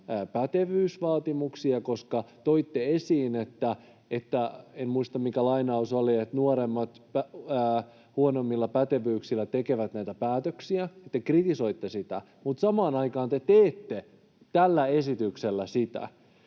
pätevyysvaatimuksia, koska toitte esiin — en muista, mikä lainaus oli — että nuoremmat huonommilla pätevyyksillä tekevät näitä päätöksiä. Te kritisoitte sitä, mutta samaan aikaan te teette tällä esityksellä sitä.